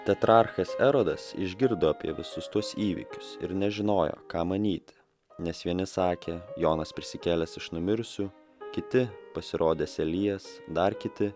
tetrarchas erodas išgirdo apie visus tuos įvykius ir nežinojo ką manyti nes vieni sakė jonas prisikėlęs iš numirusių kiti pasirodęs elijas dar kiti